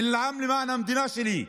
אני נלחם למען המדינה שלי.